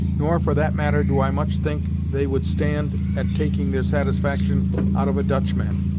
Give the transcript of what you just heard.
nor, for that matter do i much think they would stand at taking their satisfaction out of a dutch man.